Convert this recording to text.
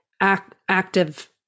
active